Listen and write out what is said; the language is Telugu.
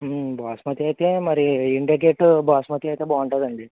బాస్మతి అయితే మరి ఇండియా గేట్ బాస్మతి అయితే బాగుంటుంది అండి